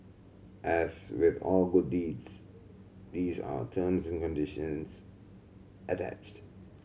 as with all good these are terms and conditions attached